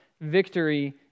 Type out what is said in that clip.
victory